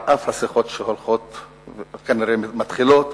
על אף השיחות שכנראה מתחילות,